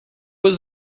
was